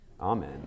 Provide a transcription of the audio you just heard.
Amen